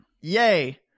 Yay